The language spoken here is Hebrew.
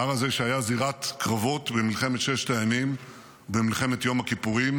ההר הזה שהיה זירת קרבות במלחמת ששת הימים ובמלחמת יום הכיפורים,